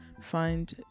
find